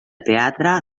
teatre